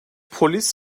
polis